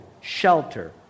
shelter